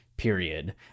period